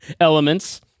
elements